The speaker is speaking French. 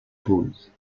pause